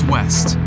West